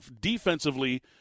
defensively